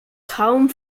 kaum